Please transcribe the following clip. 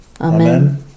Amen